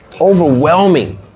Overwhelming